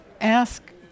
ask